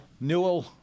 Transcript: Newell